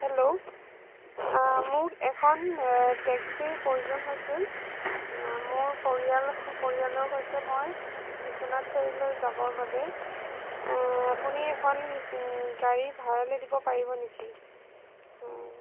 hello মোক এখন টেক্সিৰ প্ৰয়োজন হৈছিল মোৰ পৰিয়াল পৰিয়ালৰ সৈতে মই বিশ্বনাথ চাৰিআলিলৈ যাবৰ বাবে আপুনি এখন গাড়ী ভাড়ালৈ দিব পাৰিব নেকি